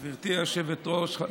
היושבת-ראש,